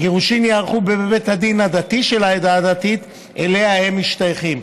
הגירושים ייערכו בבית הדין הדתי של העדה הדתית שאליה הם משתייכים,